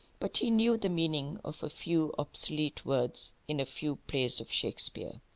but he knew the meaning of a few obsolete words in a few plays of shakespeare.